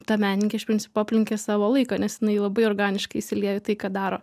ta menininkė iš principo aplenkė savo laiką nes jinai labai organiškai įsiliejo į tai ką daro